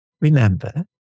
remember